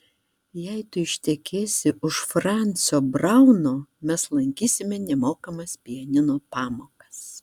jei tu ištekėsi už francio brauno mes lankysime nemokamas pianino pamokas